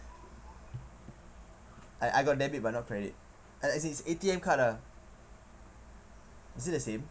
I I got debit but not credit a~ as in it's A_T_M card lah is it the same